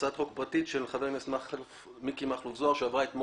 הצעת חוק פרטית של חבר הכנסת מכלוף מיקי זוהר וחברים נוספים